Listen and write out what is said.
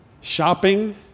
shopping